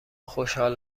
خوشحال